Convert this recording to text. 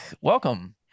welcome